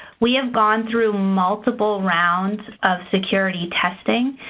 we have gone through multiple rounds of security testing,